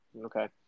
Okay